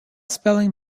spelling